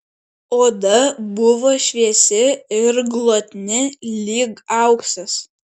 oda buvo šviesi ir glotni lyg auksas